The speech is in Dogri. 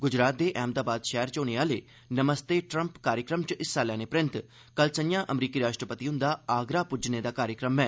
गुजरात दे अहमदाबाद शैह्रा च होने आह्ले 'नमस्ते ट्रम्प' कार्यक्रम च हिस्सा लैने परैन्त कल संझां अमरीकी राष्ट्रपति हुंदा आगरा पुज्जने दा कार्यक्रम ऐ